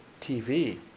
TV